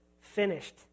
finished